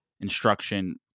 instruction